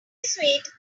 suite